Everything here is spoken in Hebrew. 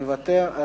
מוותר.